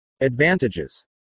Advantages